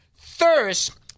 thirst